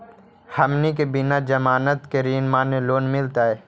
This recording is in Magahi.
हमनी के बिना जमानत के ऋण माने लोन मिलतई?